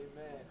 Amen